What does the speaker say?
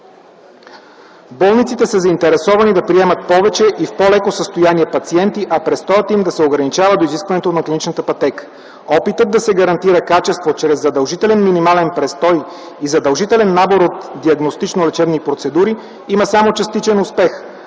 Болниците са заинтересовани да приемат повече и в по-леко състояние пациенти, а престоят им да се ограничава до изискването на клиничната пътека. Опитът да се гарантира качество чрез задължителен минимален престой и задължителен набор от диагностично лечебни процедури има само частичен успех.